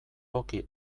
toki